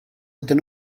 ydyn